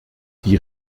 die